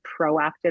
proactive